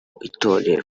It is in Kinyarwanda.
itorero